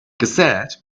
cassette